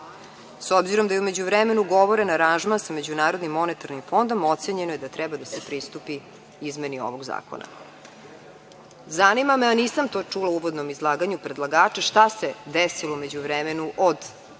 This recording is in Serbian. s obzirom da je u međuvremenu ugovoren aranžman sa MMF-om ocenjeno je da treba da se pristupi izmeni ovog zakona. Zanima me, a nisam to čula u uvodnom izlaganju predlagača, šta se desilo u međuvremenu od